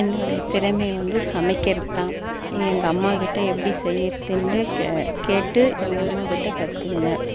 என்னுடைய திறமை வந்து சமைக்கிறத்தான் எங்கள் அம்மாகிட்டே எப்படி செய்கிறதுனு கேட்டு எங்கள் அம்மாகிட்டே கத்துகினேன்